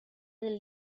del